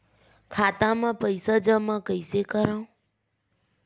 खाता म पईसा जमा कइसे करव?